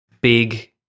Big